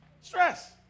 Stress